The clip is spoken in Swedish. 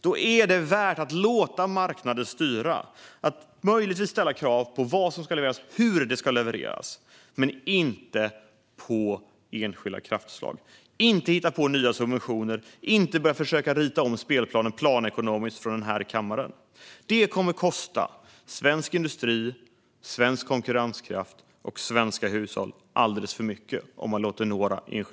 Då är det värt att låta marknader styra och möjligtvis ställa krav på vad som ska levereras och hur det ska levereras, men inte på enskilda kraftslag. Vi ska inte hitta på nya subventioner och inte börja försöka att rita om spelplanen planekonomiskt från den här kammaren. Om vi gör det kommer det att kosta svensk industri, svensk konkurrenskraft och svenska hushåll alldeles för mycket.